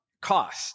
cost